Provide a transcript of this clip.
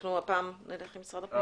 אנחנו הפעם נלך עם משרד הפנים.